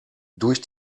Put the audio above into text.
durch